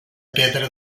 pedra